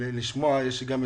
אותו קשיש שנמצא